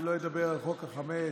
אני לא אדבר על חוק החמץ.